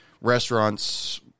restaurants